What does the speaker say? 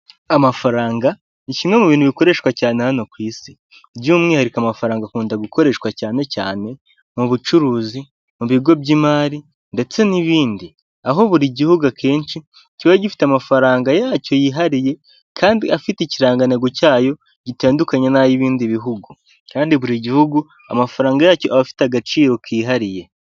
Amafaranga ni kimwe mu bintu bikoreshwa cyane hano ku isi by'umwihariko amafaranga akunda gukoreshwa cyane cyane mu bucuruzi, mu bigo by'imari ndetse n'ibindi, aho buri gihugu akenshi kiba gifite amafaranga yacyo yihariye kandi afite ikirangantego cyayo gitandukanye n'ay'ibindi bihugu kandi buri gihugu amafaranga yacyo aba afite agaciro kihariye.